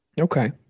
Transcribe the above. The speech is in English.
Okay